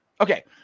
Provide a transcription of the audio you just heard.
Okay